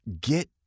get